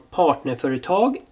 partnerföretag